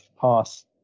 pass